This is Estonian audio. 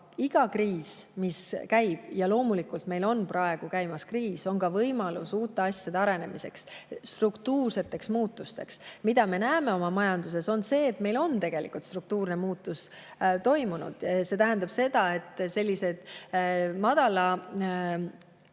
iga kriis, mis [on tekkinud] – ja loomulikult meil on praegu käimas kriis –, on ka võimalus uute asjade arenemiseks, struktuurseteks muutusteks. Me näeme oma majanduses, et meil on tegelikult struktuurne muutus toimunud. See tähendab, et selliste madalate